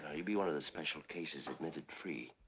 you'd be one of the special cases admitted free.